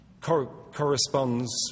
corresponds